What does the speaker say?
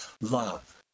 love